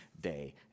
day